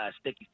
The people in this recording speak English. sticky